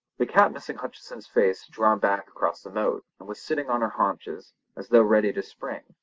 the cat missing hutcheson's face had drawn back across the moat, and was sitting on her haunches as though ready to spring.